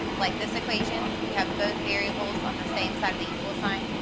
like this equation you have both variables on the same side of the equal sign,